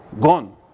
Gone